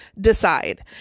decide